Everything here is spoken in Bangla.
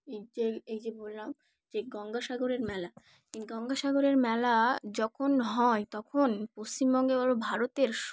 এই যে এই যে বললাম যে গঙ্গাসাগরের মেলা এই গঙ্গাসাগরের মেলা যখন হয় তখন পশ্চিমবঙ্গে বলো ভারতের